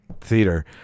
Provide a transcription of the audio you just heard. theater